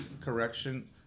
correction